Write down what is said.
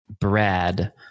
Brad